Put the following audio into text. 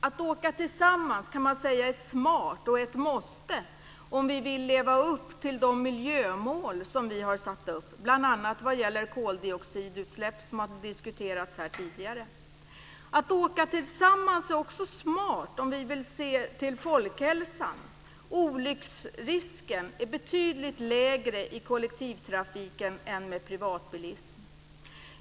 Att åka tillsammans kan man säga är smart och ett måste om vi vill leva upp till de miljömål som vi har satt upp, bl.a. vad gäller koldioxidutsläpp, som har diskuterats här tidigare. Att åka tillsammans är också smart om vi vill se till folkhälsan: Olycksrisken är betydligt lägre i kollektivtrafiken än med privatbilism.